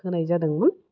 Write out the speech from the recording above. होनाय जादोंमोन